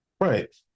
Right